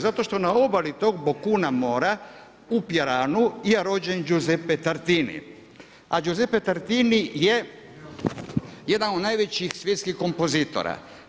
Zato što na obali tog bokuna mora u Piranu je rođen Guiseppe Tartini, a Guiseppe Tartini je jedan od najvećih svjetskih kompozitora.